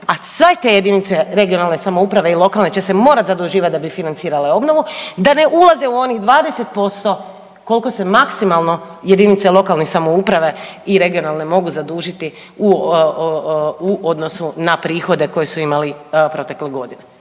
a sve te jedinice regionalne samouprave i lokalne će se morati zaduživati da bi financirale obnovu, da ne ulaze u onih 20% koliko se maksimalno jedinice lokalne samouprave i regionalne mogu zadužiti u odnosu na prihode koje su imali protekle godine.